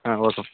okay